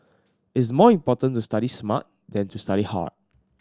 it is more important to study smart than to study hard